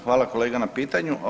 Hvala kolega na pitanju.